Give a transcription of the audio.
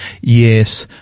Yes